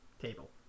table